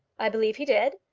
i believe he did,